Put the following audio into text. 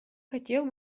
хотел